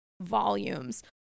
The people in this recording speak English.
volumes